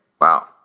Wow